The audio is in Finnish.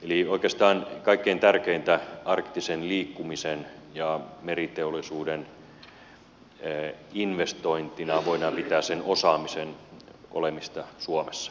oikeastaan kaikkein tärkeimpänä arktisen liikkumisen ja meriteollisuuden investointina voidaan pitää sen osaamisen olemista suomessa